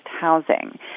housing